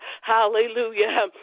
Hallelujah